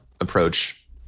approach